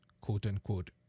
quote-unquote